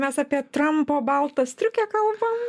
mes apie trampo baltą striukę kalbam